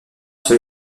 sur